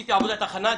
עשיתי עבודת הכנה,